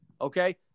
okay